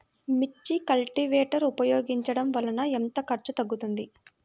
మిర్చి కల్టీవేటర్ ఉపయోగించటం వలన ఎంత ఖర్చు తగ్గుతుంది?